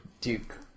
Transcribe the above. Duke